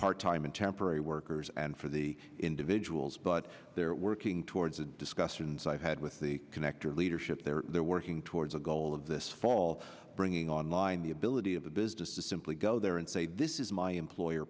part time and temporary workers and for the individuals but they're working towards the discussions i've had with the connector leadership they're they're working towards a goal of this fall bringing online the ability of a business to simply go there and say this is my employer